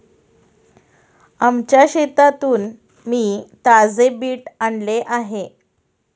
आमच्या शेतातून मी ताजे बीट आणले आहे